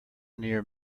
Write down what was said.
near